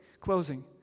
closing